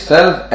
Self